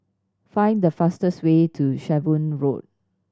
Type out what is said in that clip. find the fastest way to Shenvood Road